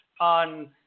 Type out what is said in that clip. on